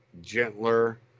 gentler